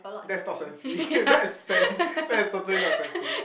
that's not sensi that's sen~ that is totally not sensi